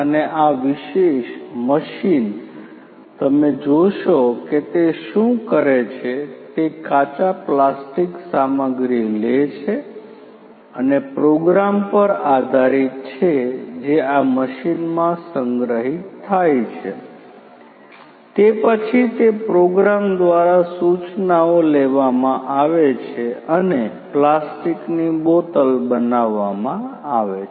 અને આ વિશેષ મશીન તમે જોશો કે તે શું કરે છે તે કાચા પ્લાસ્ટિક સામગ્રી લે છે અને પ્રોગ્રામ પર આધારિત છે જે આ મશીનમાં સંગ્રહિત થાય છે તે પછી તે પ્રોગ્રામ દ્વારા સૂચનાઓ લેવામાં આવે છે અને પ્લાસ્ટિકની બોટલ બનાવવામાં આવે છે